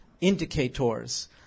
indicators